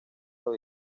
los